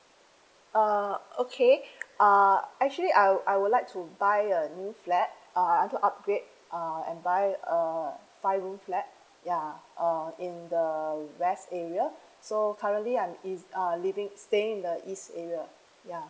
uh okay uh actually I I would like to buy a new flat uh I want to upgrade uh and buy a five room flat ya or in the west area so currently I'm eas~ uh living staying in the east area ya